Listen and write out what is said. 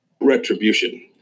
retribution